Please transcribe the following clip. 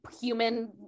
Human